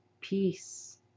peace